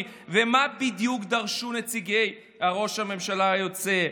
ומה בדיוק דרשו נציגי ראש הממשלה היוצא.